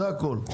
זה הכול.